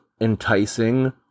enticing